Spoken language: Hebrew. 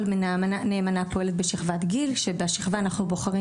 כל נאמנה פועלת בשכבת גיל שמתוך אותה שכבה אנחנו בוחרים